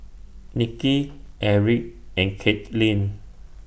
Niki Eric and Katelyn